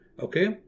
okay